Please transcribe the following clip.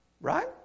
Right